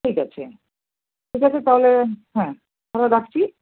ঠিক আছে ঠিক আছে তাহলে হ্যাঁ তাহলে রাখছি